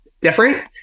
different